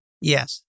Yes